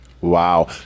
Wow